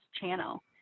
channel